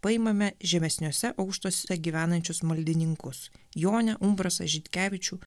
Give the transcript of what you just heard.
paimame žemesniuose aukštuose gyvenančius maldininkus jonę umbrasą žitkevičių